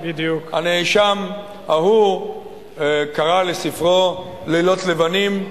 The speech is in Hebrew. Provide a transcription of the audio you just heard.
הנאשם ההוא קרא לספרו "בלילות לבנים",